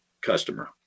customer